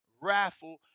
raffle